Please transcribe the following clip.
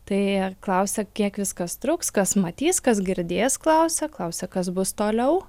tai klausia kiek viskas truks kas matys kas girdės klausia klausia kas bus toliau